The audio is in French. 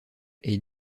est